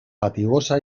fatigosa